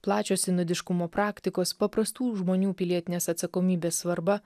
plačios sinodiškumo praktikos paprastų žmonių pilietinės atsakomybės svarba